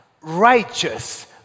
righteous